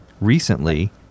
recently